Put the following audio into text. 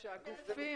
שהגופים